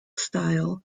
style